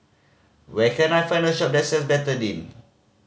where can I find a shop that sells Betadine